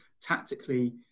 tactically